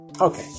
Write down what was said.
Okay